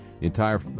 entire